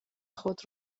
خود